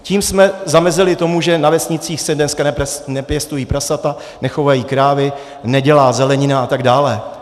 Tím jsme zamezili tomu, že na vesnicích se dneska nepěstují prasata, nechovají krávy, nedělá zelenina atd.